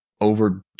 over